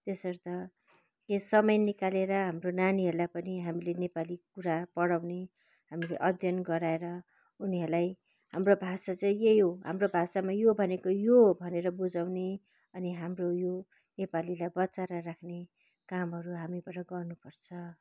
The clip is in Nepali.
त्यसर्थ यस समय निकालेर हाम्रो नानीहरूलाई पनि हामीले नेपाली कुरा पढाउने हामीले अध्ययन गराएर उनीहरूलाई हाम्रो भाषा चाहिँ यही हो हाम्रो भाषामा यो भनेको यो हो भनेर बुझाउने अनि हाम्रो यो नेपालीलाई बचाएर राख्ने कामहरू हामीबाट गर्नुपर्छ